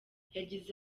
yagize